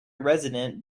resident